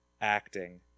acting